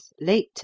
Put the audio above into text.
late